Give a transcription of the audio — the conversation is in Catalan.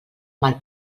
mal